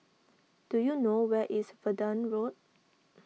do you know where is Verdun Road